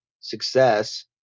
success